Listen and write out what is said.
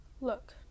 look